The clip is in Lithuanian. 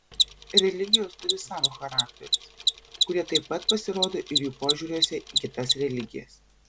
religijos turi savo charakterius kurie taip pat pasirodo ir jų požiūriuose į kitas religijas